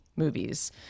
movies